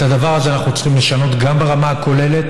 את הדבר הזה אנחנו צריכים לשנות גם ברמה הכוללת,